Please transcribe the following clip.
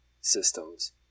systems